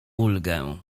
ulgę